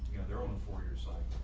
you know their own for your site.